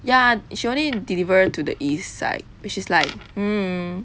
ya she only deliver to the east side which is like mm